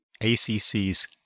ACC's